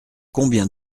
combien